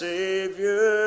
Savior